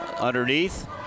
underneath